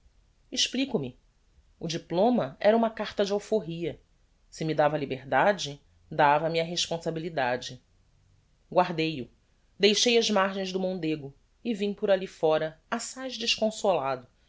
explico-me o diploma era uma carta de alforria se me dava a liberdade dava-me a responsabilidade guardei o deixei as margens do mondego e vim por alli fóra assaz desconsolado